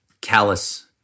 Callous